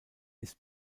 ist